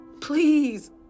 Please